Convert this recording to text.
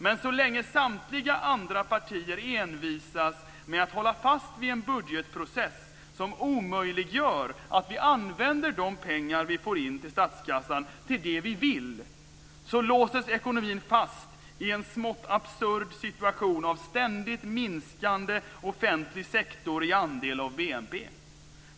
Men så länge samtliga andra partier envisas med att hålla fast vid en budgetprocess som omöjliggör att vi använder de pengar vi får in till statskassan till det som vi vill, låses ekonomin fast i en smått absurd situation av ständigt minskande offentlig sektor i andel av BNP.